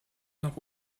nach